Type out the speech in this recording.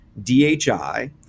DHI